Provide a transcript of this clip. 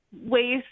ways